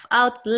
out